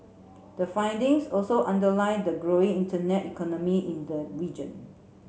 the findings also underlie the growing internet economy in the region